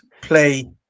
play